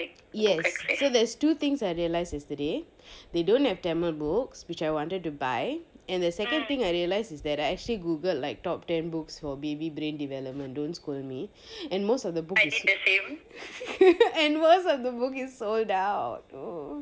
yes so there's two things I realised yesterday they don't have tamil books which I wanted to buy and the second thing I realised is that I actually googled top ten books for baby brain development don't scold me and most of the books is and most of the books is sold out